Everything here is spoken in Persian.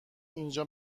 اینجا